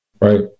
Right